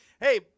Hey